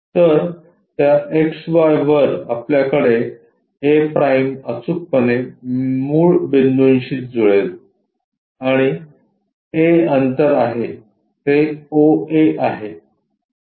तर त्या x y वर आपल्याकडे a' अचूकपणे मूळ बिंदूशी जुळेल आणि a अंतर आहे ते oa आहे